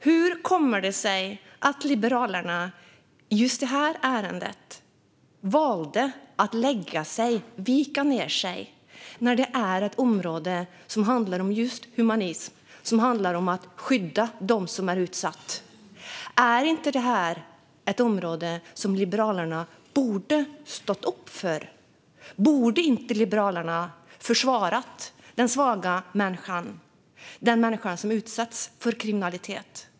Hur kommer det sig att Liberalerna i just detta ärende valde att lägga sig, vika ned sig, när det är ett område som handlar om humanism och att skydda dem som är utsatta? Är inte detta ett område där Liberalerna borde ha stått upp för och försvarat den svaga människan, det vill säga den människa som utsatts för kriminalitet?